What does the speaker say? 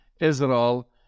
Israel